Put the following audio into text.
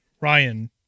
Ryan